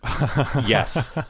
yes